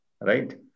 right